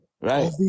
right